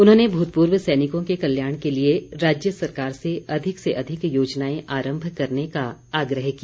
उन्होंने भूतपूर्व सैनिकों के कल्याण के लिए राज्य सरकार से अधिक से अधिक योजनाएं आरम्भ करने का आग्रह किया